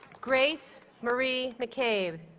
grace marie mccabe